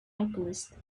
alchemist